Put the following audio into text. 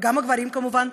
וגם הגברים כמובן,